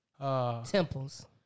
temples